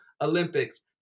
Olympics